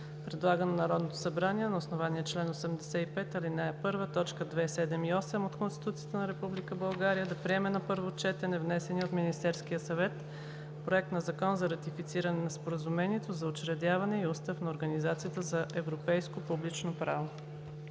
предлага на Народното събрание, на основание чл. 85, ал. 1, т. 2, 7 и 8 от Конституцията на Република България, да приеме на първо четене, внесения от Министерския съвет проект на Закон за ратифициране на Споразумението за учредяване и Устав на Организацията за европейско публично право.“